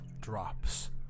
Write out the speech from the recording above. drops